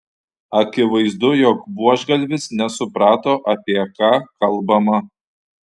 akivaizdu jog buožgalvis nesuprato apie ką kalbama